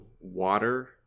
water